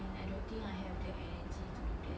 and I don't think I have the energy to do that